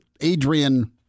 Adrian